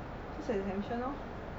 cause I exemption lor